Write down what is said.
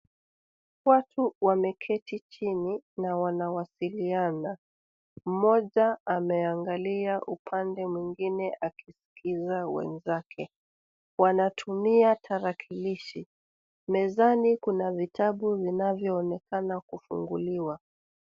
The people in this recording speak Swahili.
Watu wameketi chini na wanawasiliana. Mmoja ameangalia upande mwingine akiskiza wenzake Wanatumia talakilishi. Mezani Kuna vitabu vinavyo onekana kufunguliwa.